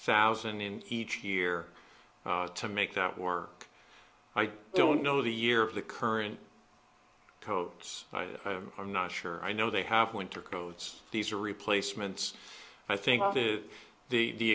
thousand in each here to make that work i don't know the year of the current codes i'm not sure i know they have winter coats these are replacements i think that the